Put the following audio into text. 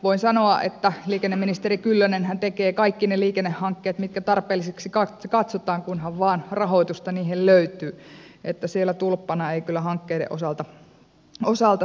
voin sanoa että liikenneministeri kyllönenhän tekee kaikki ne liikennehankkeet mitkä tarpeelliseksi katsotaan kunhan vain rahoitusta niihin löytyy niin että siellä tulppana ei kyllä hankkeiden osalta seisota